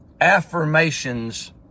affirmations